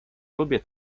lubię